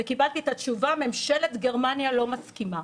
קיבלתי את התשובה: ממשלת גרמניה לא מסכימה.